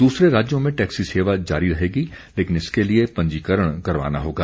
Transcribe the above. दूसरे राज्यों में टैक्सी सेवा जारी रहेगी लेकिन इसके लिए पंजीकरण करवाना होगा